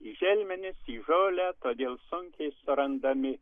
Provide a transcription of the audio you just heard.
į želmenis į žolę todėl sunkiai surandami